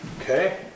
Okay